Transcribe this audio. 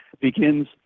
begins